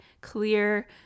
clear